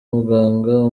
muganga